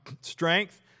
strength